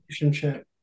relationship